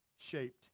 shaped